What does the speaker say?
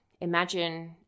imagine